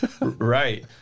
Right